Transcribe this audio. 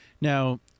Now